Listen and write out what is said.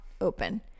open